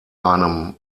einem